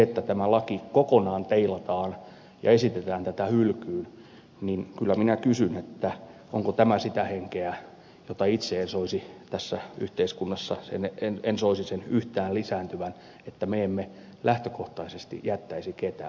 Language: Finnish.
jos tämä laki kokonaan teilataan ja esitetään tätä hylkyyn niin kyllä minä kysyn onko tämä sitä henkeä jonka itse en soisi tässä yhteiskunnassa yhtään lisääntyvän vaan sen sijaan toivon että emme lähtökohtaisesti jättäisi ketään